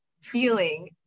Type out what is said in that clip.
feeling